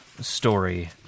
story